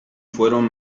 fueron